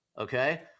Okay